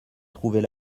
trouver